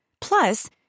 Plus